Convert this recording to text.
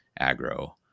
aggro